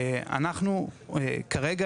כרגע,